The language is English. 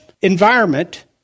environment